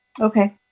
okay